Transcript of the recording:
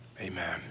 amen